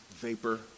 vapor